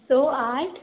स आठ